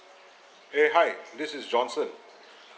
!hey! hi this is johnson